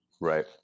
Right